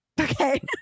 Okay